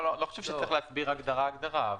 לא צריך להסביר הגדרה-הגדרה.